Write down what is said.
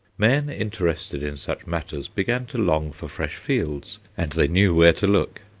men interested in such matters began to long for fresh fields, and they knew where to look.